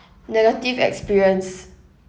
negative experience